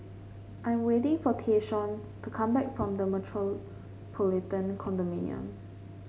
I am waiting for Tayshaun to come back from The Metropolitan Condominium